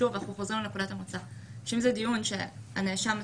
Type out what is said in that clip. בקשת הנאשם.